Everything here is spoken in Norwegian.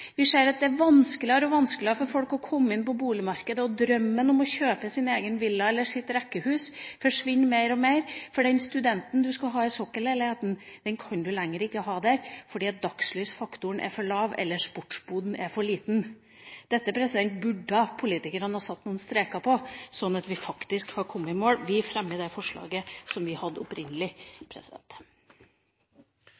Vi ser at det er vanskeligere og vanskeligere for folk å komme inn på boligmarkedet. Drømmen om å kjøpe sin egen villa eller sitt eget rekkehus forsvinner mer og mer, for den studenten man skulle ha i sokkelleiligheten, kan man ikke lenger ha der. Det er fordi dagslysfaktoren er for lav, eller fordi sportsboden er for liten. Dette burde politikerne ha satt strek for, sånn at vi kunne kommet i mål. Jeg tar opp det forslaget som vi opprinnelig hadde.